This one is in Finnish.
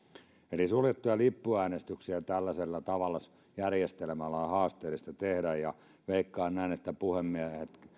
eli suljettuja lippuäänestyksiä tällaisella järjestelmällä on haasteellista tehdä ja veikkaan näin että puhemiehet